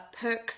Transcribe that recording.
perks